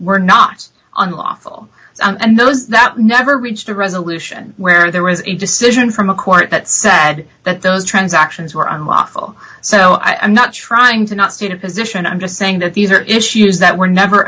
were not unlawful and those that never reached a resolution where there was a decision from a court that said that those transactions were unlawful so i am not trying to not see a position i'm just saying that these are issues that were never